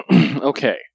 Okay